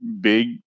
big